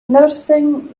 noticing